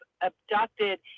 abducted